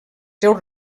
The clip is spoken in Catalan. seus